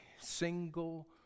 single